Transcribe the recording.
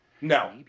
No